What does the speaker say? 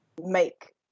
make